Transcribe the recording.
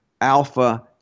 Alpha